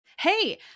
Hey